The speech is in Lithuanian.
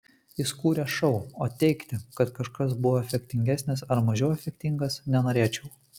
jis kūrė šou o teigti kad kažkas buvo efektingesnis ar mažiau efektingas nenorėčiau